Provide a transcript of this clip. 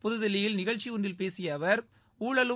புதுதில்லியில் நிகழ்ச்சி ஒன்றில் பேசிய அவர் ஊழலும்